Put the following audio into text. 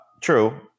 true